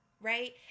Right